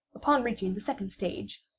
upon reaching the second stage,